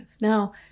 Now